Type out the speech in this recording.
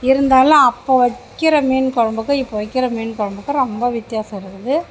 இருந்தாலும் அப்போது வைக்கிற மீன் குழம்புக்கும் இப்போது வைக்கிற மீன் குழம்புக்கும் ரொம்ப வித்தியாசம் இருக்குது